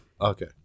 Okay